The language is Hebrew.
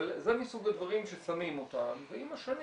אבל זה מסוג הדברים ששמים אותם ועם השנים